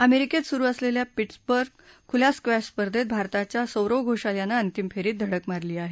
अमेरिकेत सुरु असलेल्या पिट्सबर्ग खुल्या स्क्वेश स्पर्धेत भारताच्या सौरव घोशाल यानं अंतिम फेरीत धडक मारली आहे